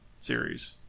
series